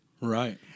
Right